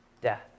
death